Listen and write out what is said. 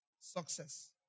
success